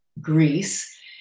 Greece